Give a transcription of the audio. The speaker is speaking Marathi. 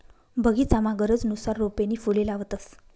बगीचामा गरजनुसार रोपे नी फुले लावतंस